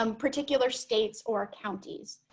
um particular states or counties